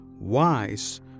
wise